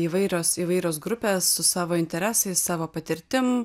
įvairios įvairios grupės su savo interesais savo patirtim